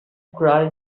cry